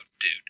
dude